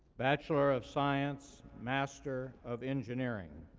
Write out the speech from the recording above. bachelor of science master of engineering,